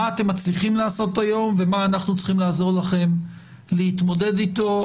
מצליחים לעשות היום ובמה אנחנו צריכים לעזור לכם להתמודד איתו.